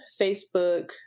Facebook